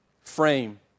frame